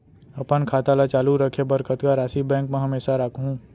अपन खाता ल चालू रखे बर कतका राशि बैंक म हमेशा राखहूँ?